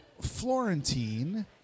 Florentine